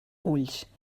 ulls